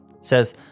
says